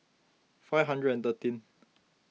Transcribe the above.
five hundred and thirteen